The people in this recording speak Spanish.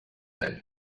año